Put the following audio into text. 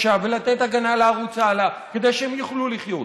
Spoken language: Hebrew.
ולתת הגנה לערוץ הלא כדי שהם יוכלו לחיות.